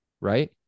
right